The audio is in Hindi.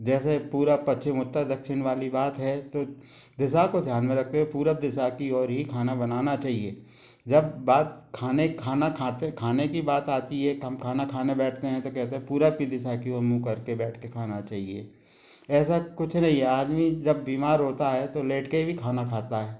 जैसे पूर्व पश्चिम उत्तर दक्षिण वाली बात है तो दिशा को ध्यान में रखके पूर्व दिशा की ओर ही खाना बनाना चाहिए जब बात खाने खाना खाते खाने की बात आती है हम खाना खाने बैठते हैं तो कहते है पूर्व की दिशा की ओर मुँह करके बैठ के खाना चाहिए ऐसा कुछ नहीं है आदमी जब बीमार होता है तो लेट के भी खाना खाता है